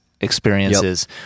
experiences